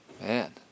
Man